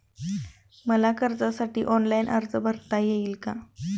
मला कर्जासाठी ऑनलाइन अर्ज भरता येईल का?